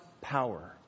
power